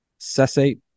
cessate